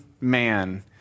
man